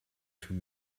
too